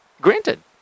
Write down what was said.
Granted